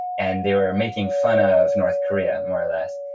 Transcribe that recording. and they were making fun of north korea, more or less.